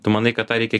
tu manai kad tą reikia